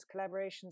collaborations